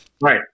Right